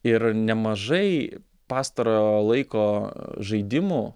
ir nemažai pastarojo laiko žaidimų